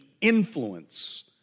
influence